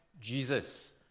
Jesus